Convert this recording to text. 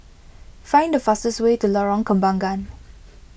find the fastest way to Lorong Kembangan